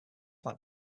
like